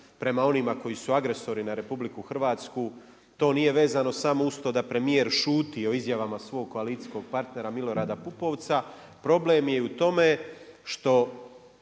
prema onima koji su agresori na RH, to nije vezano samo uz to da premijer šuti o izjavama svog koalicijskog partnera Milorada Pupovca, problem je u tome što